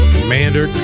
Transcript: Commander